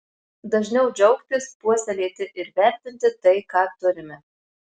dažniau džiaugtis puoselėti ir vertinti tai ką turime